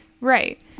Right